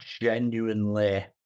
genuinely